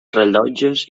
rellotges